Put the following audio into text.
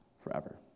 forever